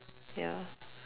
ya